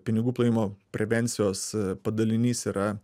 pinigų plovimo prevencijos padalinys yra